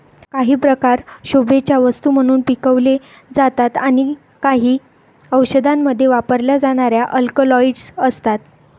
काही प्रकार शोभेच्या वस्तू म्हणून पिकवले जातात आणि काही औषधांमध्ये वापरल्या जाणाऱ्या अल्कलॉइड्स असतात